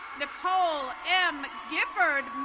nichole m. grifford.